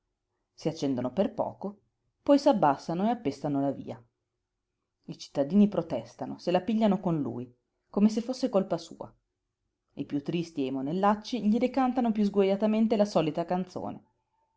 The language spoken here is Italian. si accendono per poco poi s'abbassano e appestano la via i cittadini protestano se la pigliano con lui come se fosse colpa sua i piú tristi e i monellacci gli ricantano piú sguajatamente la solita canzone